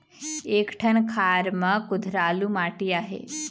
एक ठन खार म कुधरालू माटी आहे?